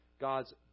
God's